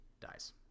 dies